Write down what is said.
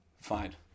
fine